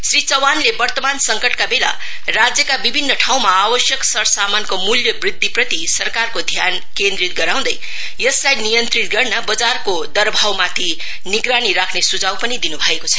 श्री चौहानले वर्तमान संकटका बेला राज्यका विभिन्न ठाउँमा आवश्यक सरसामानको मूल्यवृद्धिप्रति सरकारको ध्यान केन्द्रित गराउँदै यसलाई नियन्त्रित गर्न बजारको दरभावमाथि निगरानी राख्ने सुझाव पनि दिनु भएको छ